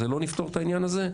לא נפתור את העניין הזה,